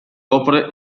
opere